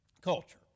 Culture